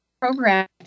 program